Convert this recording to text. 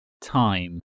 time